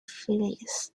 phillies